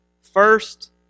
First